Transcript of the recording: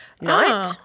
night